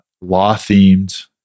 law-themed